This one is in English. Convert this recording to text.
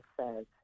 says